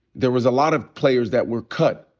there was a lot of players that were cut.